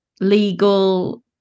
legal